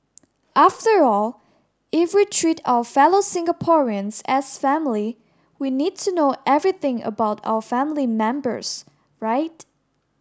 after all if we treat our fellow Singaporeans as family we need to know everything about our family members right